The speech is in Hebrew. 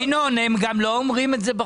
ינון, הם גם לא אומרים את זה בחוק.